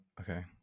okay